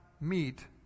meet